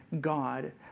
God